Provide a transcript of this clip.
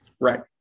Right